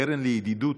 הקרן לידידות,